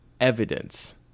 evidence